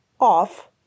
off